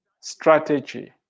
strategy